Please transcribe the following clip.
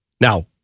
Now